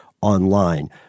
online